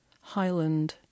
Highland